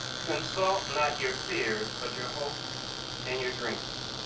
consult not your fears, but your hopes and your dreams.